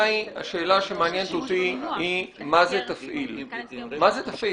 השאלה שמעניינת אותי היא מה זה "תפעיל" מבחינתכם?